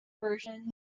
version